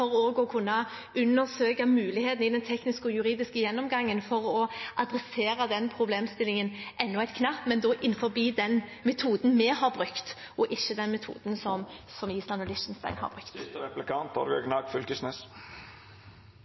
å kunne undersøke muligheten i den tekniske og juridiske gjennomgangen til å adressere den problemstillingen, men da innenfor den metoden vi har brukt, og ikke den metoden som